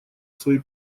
свои